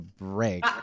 break